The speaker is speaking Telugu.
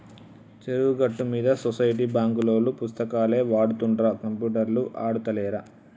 చెరువు గట్టు మీద సొసైటీ బాంకులోల్లు పుస్తకాలే వాడుతుండ్ర కంప్యూటర్లు ఆడుతాలేరా